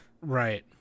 Right